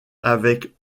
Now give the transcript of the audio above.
avec